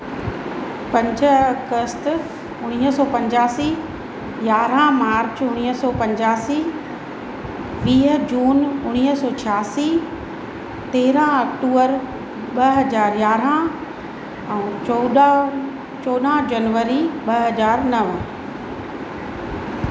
पंज अगस्त उणिवीह सौ पंजासी यारहं मार्च उणिवीह सौ पंजासी वीह जून उणिवीह सौ छियासी तेरहं अक्टूबर ॿ हजार यारहं ऐं चौॾहं चौॾहं जनवरी ॿ हज़ार नव